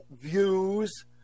Views